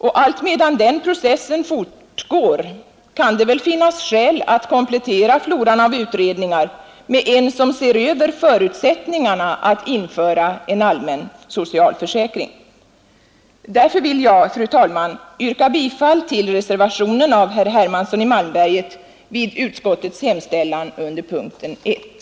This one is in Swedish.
Och allt medan den processen fortgår kan det finnas skäl att komplettera floran av utredningar med en som ser över förutsättningarna att införa en allmän socialförsäkring. Därför vill jag, fru talman, yrka bifall till reservationen av herr Hermansson i Malmberget vid utskottets hemställan under punkten 1.